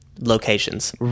locations